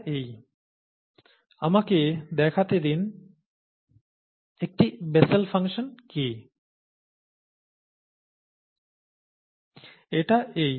এটা এই আমাকে দেখাতে দিন একটি বেসেল ফাংশন কি এটা এই